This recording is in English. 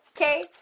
Okay